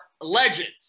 legends